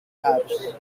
apes